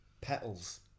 Petals